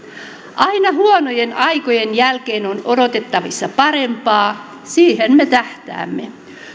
aina huonojen aikojen jälkeen on odotettavissa parempaa siihen me tähtäämme